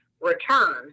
return